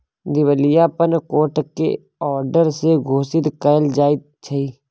दिवालियापन कोट के औडर से घोषित कएल जाइत छइ